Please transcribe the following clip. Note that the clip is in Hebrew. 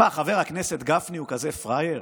מה, חבר הכנסת גפני הוא כזה פראייר?